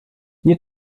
nie